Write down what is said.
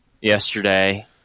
yesterday